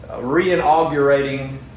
re-inaugurating